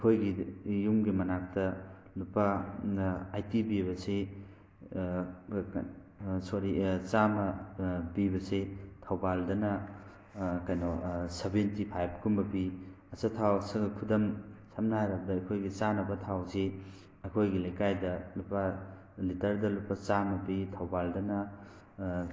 ꯑꯩꯈꯣꯏꯒꯤ ꯌꯨꯝꯒꯤ ꯃꯅꯥꯛꯇ ꯂꯨꯄꯥ ꯑꯥꯏꯠꯇꯤ ꯄꯤꯕꯁꯤ ꯁꯣꯔꯤ ꯆꯥꯝꯃ ꯄꯤꯕꯁꯤ ꯊꯧꯕꯥꯜꯗꯅ ꯀꯩꯅꯣ ꯁꯚꯦꯟꯇꯤ ꯐꯥꯏꯚ ꯀꯨꯝꯕ ꯄꯤ ꯑꯆꯥꯊꯥꯎ ꯈꯨꯗꯝ ꯁꯝꯅ ꯍꯥꯏꯔꯕꯗ ꯑꯩꯈꯣꯏꯒꯤ ꯆꯥꯅꯕ ꯊꯥꯎꯁꯤ ꯑꯩꯈꯣꯏꯒꯤ ꯂꯩꯀꯥꯏꯗ ꯂꯨꯄꯥ ꯂꯤꯇꯔꯗ ꯂꯨꯄꯥ ꯆꯥꯝꯃ ꯄꯤ ꯊꯧꯕꯥꯜꯗꯅ